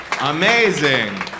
Amazing